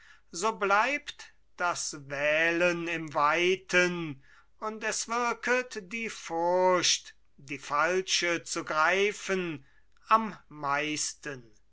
so bleibt das wählen im weiten und es wirket die furcht die falsche zu greifen am meisten